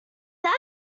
that